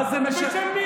אני הולך, מה זה משנה?